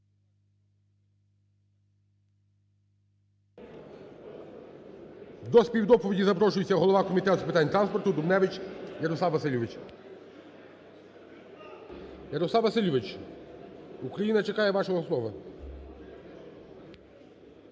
До співдоповіді запрошується голова Комітету з питань транспорту Дубневич Ярослав Васильович. Ярослав Васильович, Україна чекає вашого слова.